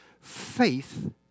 faith